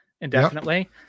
indefinitely